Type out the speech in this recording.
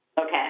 Okay